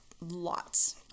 lots